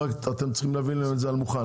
אתם צריכים להביא להם את זה על מוכן.